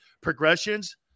progressions